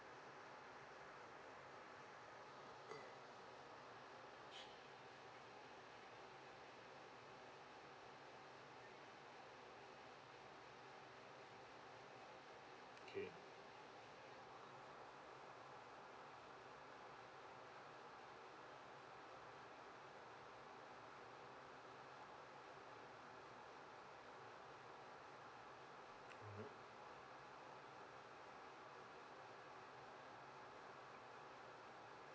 okay mmhmm